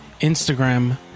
Instagram